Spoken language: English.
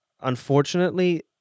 Unfortunately